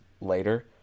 later